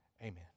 Amen